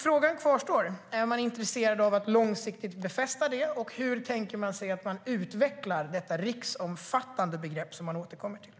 Frågan kvarstår: Är man intresserad av att långsiktigt befästa detta, och hur tänker man sig att utveckla begreppet riksomfattande som man återkommer till?